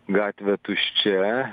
gatvė tuščia